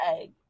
egg